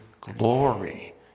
glory